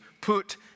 Put